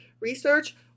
research